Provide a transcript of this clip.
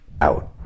out